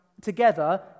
together